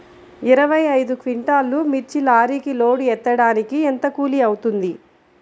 ఇరవై ఐదు క్వింటాల్లు మిర్చి లారీకి లోడ్ ఎత్తడానికి ఎంత కూలి అవుతుంది?